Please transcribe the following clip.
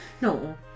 No